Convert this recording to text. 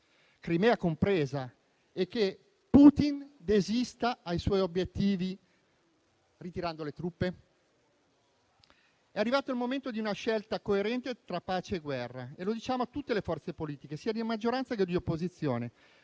Crimea compresa, e che Putin desista dai suoi obiettivi ritirando le truppe? È arrivato il momento di una scelta coerente tra pace e guerra, e lo diciamo a tutte le forze politiche, sia di maggioranza che di opposizione.